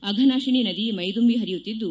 ಅಘನಾಶಿನಿ ನದಿ ಮೈದುಂಬಿ ಹರಿಯುತ್ತಿದ್ದು